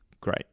great